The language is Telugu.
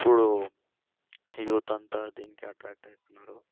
ఇప్పుడు యూత్ అంతా దీనికి అట్రాక్ట్ అవుతున్నారు